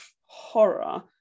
horror